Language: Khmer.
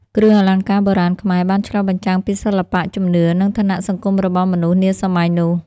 គ្រឿងអលង្ការបុរាណខ្មែរបានឆ្លុះបញ្ចាំងពីសិល្បៈ ជំនឿ និងឋានៈសង្គមរបស់មនុស្សនាសម័យនោះ។